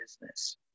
business